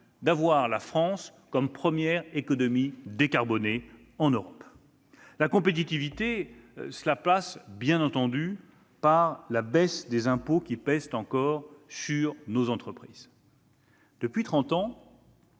de notre pays la première économie décarbonée en Europe. La compétitivité passe bien entendu par la baisse des impôts qui pèsent encore sur nos entreprises. Depuis trente